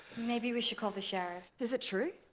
maybe we should call the sheriff. is it true?